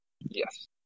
Yes